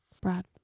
Brad